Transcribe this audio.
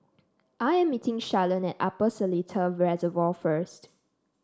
I am meeting Shalon at Upper Seletar Reservoir first